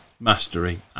mastery